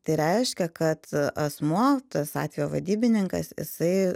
tai reiškia kad asmuo tas atvejo vadybininkas jisai